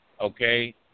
okay